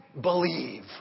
believe